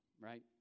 Right